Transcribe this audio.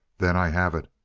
then i have it!